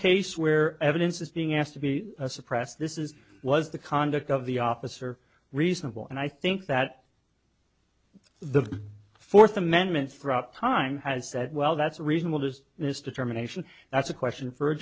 case where evidence is being asked to be suppressed this is was the conduct of the officer reasonable and i think that the fourth amendment throughout time has said well that's reasonable to his determination that's a question for a